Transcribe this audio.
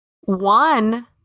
One